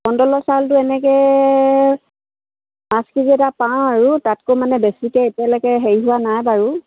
কন্ট্ৰলৰ চাউলটো এনেকৈ পাঁচ কেজি এটা পাওঁ আৰু তাতকৈ মানে বেছিকৈ এতিয়ালৈকে হেৰি হোৱা নাই বাৰু